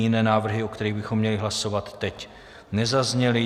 Jiné návrhy, o kterých bychom měli hlasovat teď, nezazněly.